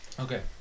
Okay